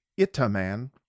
Itaman